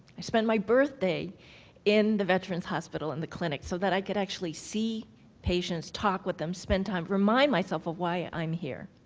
i spent my birthday in the veterans hospital in the clinic so that i could actually see patients, talk with them, time, remind myself of why i'm here.